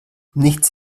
nichts